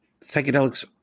psychedelics